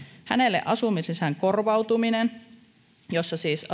hänelle asumislisän korvautumisen myötä kun siis